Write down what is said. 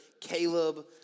Caleb